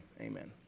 Amen